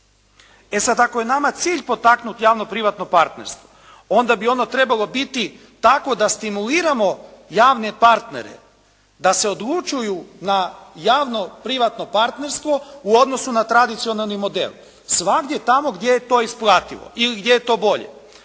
E sad, ako je nama cilj potaknuti javno-privatno partnerstvo onda bi ono trebalo biti takvo da stimuliramo javne partnere da se odlučuju na javno-privatno partnerstvo u odnosu na tradicionalni model svagdje tamo gdje je to isplativo ili je to bolje.